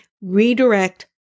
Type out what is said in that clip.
redirect